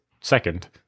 second